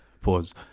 Pause